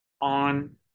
on